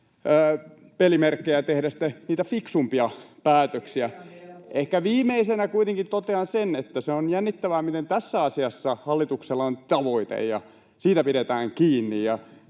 [Ben Zyskowicz: Mutta miljardeja puuttuu!] Ehkä viimeisenä kuitenkin totean sen, että on jännittävää, miten tässä asiassa hallituksella on tavoite ja siitä pidetään kiinni